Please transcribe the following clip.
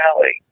Valley